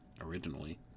originally